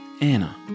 Anna